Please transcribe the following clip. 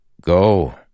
Go